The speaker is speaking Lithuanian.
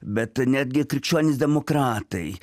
bet netgi krikščionys demokratai